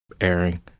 airing